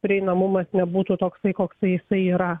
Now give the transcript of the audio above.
prieinamumas nebūtų toksai koksai jisai yra